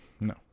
No